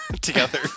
together